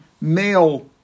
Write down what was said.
male